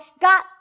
got